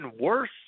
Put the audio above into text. worse